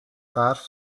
برف